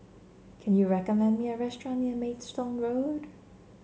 can you recommend me a restaurant near Maidstone Road